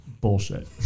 Bullshit